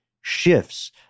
shifts